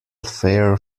fair